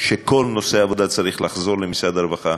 שכל נושא העבודה צריך לחזור למשרד הרווחה,